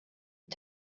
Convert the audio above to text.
and